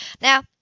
Now